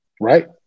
Right